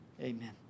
Amen